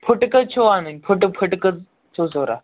پھٕٹہٕ کٔژ چھِو اَنٕنۍ پھُٹہٕ پھٕٹہٕ کٔژ چھِو ضوٚرَتھ